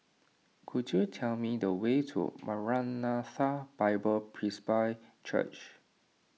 could you tell me the way to Maranatha Bible Presby Church